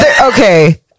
okay